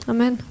Amen